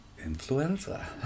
influenza